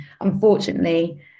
unfortunately